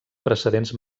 precedents